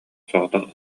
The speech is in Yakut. соҕотох